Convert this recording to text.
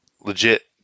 legit